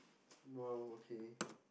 !wow! okay